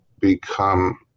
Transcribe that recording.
become